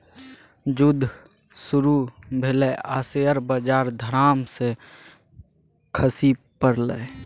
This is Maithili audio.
जुद्ध शुरू भेलै आ शेयर बजार धड़ाम सँ खसि पड़लै